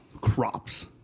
crops